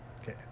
okay